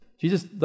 Jesus